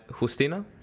Justina